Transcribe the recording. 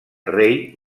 rei